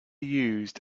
used